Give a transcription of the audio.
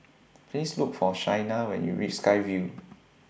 Please Look For Shaina when YOU REACH Sky Vue